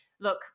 look